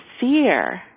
fear